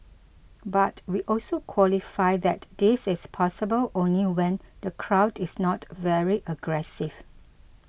but we also qualify that this is possible only when the crowd is not very aggressive